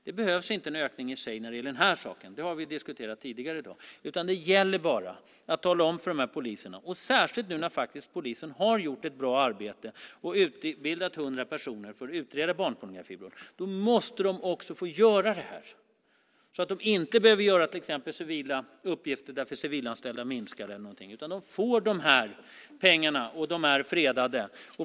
Det behövs inte en ökning i sig när det gäller den här saken - det har vi diskuterat tidigare i dag. Men särskilt nu när polisen har gjort ett bra arbete och utbildat hundra personer för att utreda barnpornografibrott måste de också få göra det och inte behöva göra till exempel civila uppgifter för att antalet civilanställda minskar. Det handlar om att de får de här pengarna och att de är fredade.